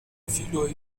filoj